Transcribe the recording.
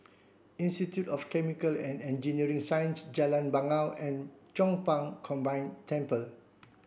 institute of Chemical and Engineering Sciences Jalan Bangau and Chong Pang Combined Temple